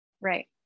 Right